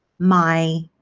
my